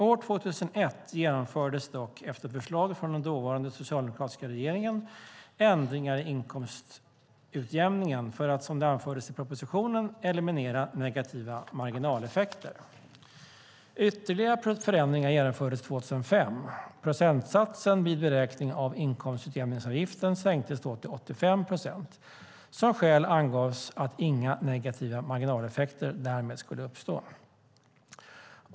År 2001 genomfördes dock efter förslag från den dåvarande socialdemokratiska regeringen ändringar i inkomstutjämningen för att, som det anfördes i propositionen, eliminera negativa marginaleffekter. Ytterligare förändringar genomfördes 2005. Procentsatsen vid beräkning av inkomstutjämningsavgiften sänktes då till 85 procent. Som skäl angavs att inga negativa marginaleffekter därmed skulle uppstå.